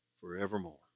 forevermore